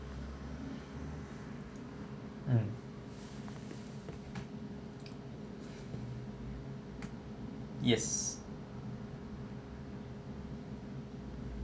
mm yes